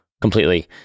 completely